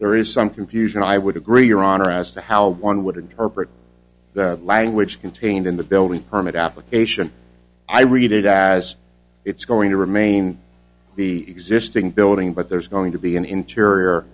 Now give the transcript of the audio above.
there is some confusion i would agree your honor as to how one would interpret that language contained in the building permit application i read it as it's going to remain the existing building but there's going to be an interior